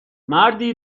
مردی